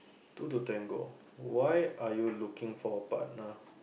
two to tango why are you looking for a partner